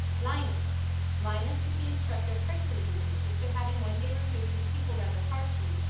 linus linus was the instructor of hercules in music, but having one day reproved his pupil rather harshly,